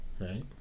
Right